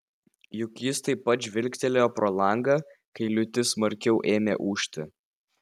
juk jis taip pat žvilgtelėjo pro langą kai liūtis smarkiau ėmė ūžti